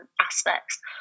aspects